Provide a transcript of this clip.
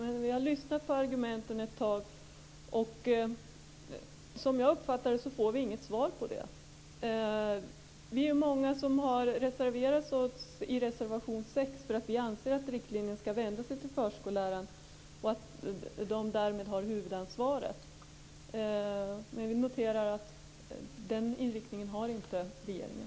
Men jag har lyssnat på argumenten ett tag, och som jag uppfattar det får vi inget svar på detta. Vi är många som står bakom reservation 6 därför att vi anser att riktlinjerna skall vända sig till förskollärarna och att de därmed har huvudansvaret. Men vi noterar att regeringen inte har den inriktningen.